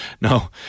No